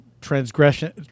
transgression